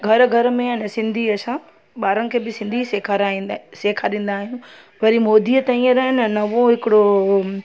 घर घर में हाणे सिंधी असां ॿारनि खे बि सिंधी सेखाराईंदा सेखारींदा आहियूं वरी मोदीअ त हींअर आहे न नवो हिकिड़ो